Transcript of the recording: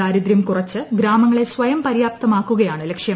ദാരിദ്ര്യം കുറച്ച് ഗ്രാമങ്ങളെ സ്വയംപര്യാപ്തമാക്കുകയാണ് ലക്ഷ്യം